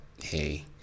hey